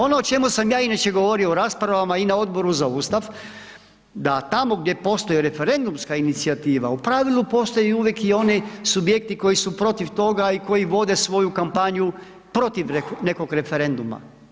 Ono o čemu sam ja inače govorio o raspravama i na Odboru za Ustav, da tamo gdje postoji referendumska inicijativa u pravilu postoje i uvijek i oni subjekti koji su protiv toga i koji vode svoju kampanju protiv nekog referenduma.